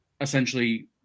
essentially